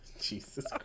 Jesus